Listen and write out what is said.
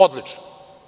Odlično.